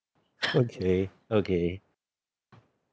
okay okay